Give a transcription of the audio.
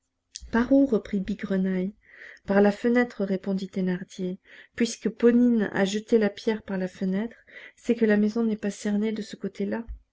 par où reprit bigrenaille par la fenêtre répondit thénardier puisque ponine a jeté la pierre par la fenêtre c'est que la maison n'est pas cernée de ce côté-là